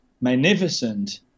magnificent